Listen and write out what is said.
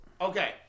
Okay